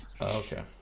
Okay